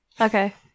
Okay